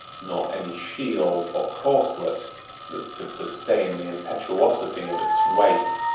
nor any shield or corselet that could sustain the impetuosity of its weight.